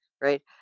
right